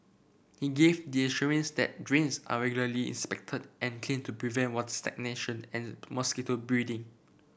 he gave the assurance that drains are regularly inspected and cleaned to prevent what's stagnation and mosquito breeding